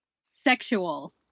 sexual